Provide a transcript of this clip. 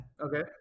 okay